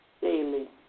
daily